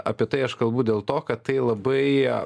apie tai aš kalbu dėl to kad tai labai